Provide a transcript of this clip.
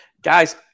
guys